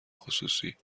خصوصی